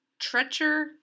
Treacher